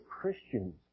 Christians